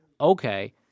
okay